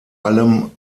allem